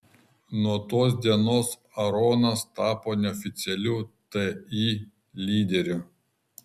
nuo tos dienos aronas tapo neoficialiu ti lyderiu